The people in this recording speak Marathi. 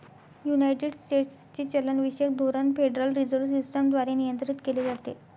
युनायटेड स्टेट्सचे चलनविषयक धोरण फेडरल रिझर्व्ह सिस्टम द्वारे नियंत्रित केले जाते